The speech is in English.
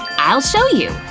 i'll show you!